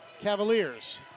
Cavaliers